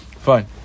Fine